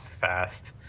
fast